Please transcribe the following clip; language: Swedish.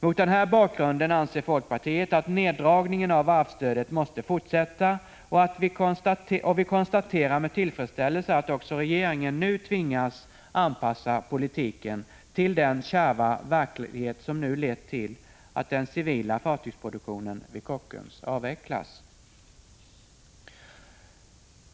Mot den här bakgrunden anser folkpartiet att neddragningen av varvsstödet måste fortsätta, och vi konstaterar med tillfredsställelse att också regeringen nu tvingas anpassa politiken till den kärva verklighet som lett till att den civila fartygsproduktionen vid Kockums avvecklas.